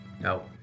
No